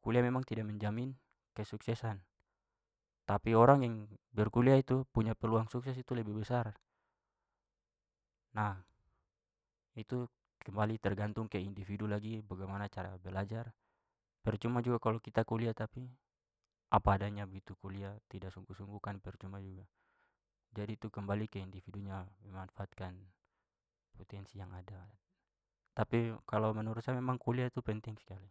kuliah memang tidak menjamin kesuksesan tapi orang yang berkuliah itu punya peluang sukses itu lebih besar. Nah, itu kembali tergantung ke individu lagi bagaimana cara belajar. Percuma juga kalau kita kuliah tapi apa adanya begitu. Kuliah tidak sungguh-sungguh kan percuma juga. Jadi itu kembali ke individunya memanfaatkan potensi yang ada. Tapi kalau menurut saya memang kuliah itu penting sekali.